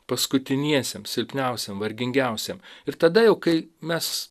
paskutiniesiems silpniausiem vargingiausiem ir tada kai mes